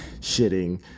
shitting